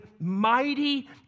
mighty